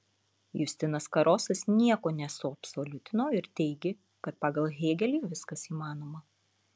justinas karosas nieko nesuabsoliutino ir teigė kad pagal hėgelį viskas įmanoma